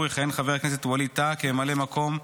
יכהן חבר הכנסת ווליד טאהא כממלא מקום קבוע.